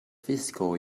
fiscal